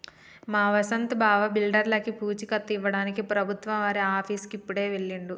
మా వసంత్ బావ బిడ్డర్లకి పూచీకత్తు ఇవ్వడానికి ప్రభుత్వం వారి ఆఫీసుకి ఇప్పుడే వెళ్ళిండు